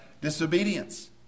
disobedience